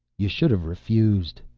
you should have refused.